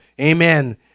Amen